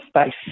space